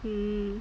mm